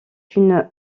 une